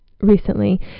recently